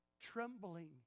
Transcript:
trembling